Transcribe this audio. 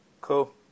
cool